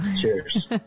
Cheers